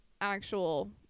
actual